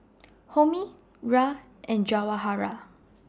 Homi Raj and Jawaharlal